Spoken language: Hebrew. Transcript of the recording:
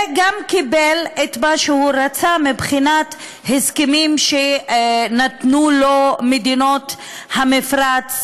הוא גם קיבל את מה שרצה מבחינת ההסכמים שנתנו לו מדינות המפרץ,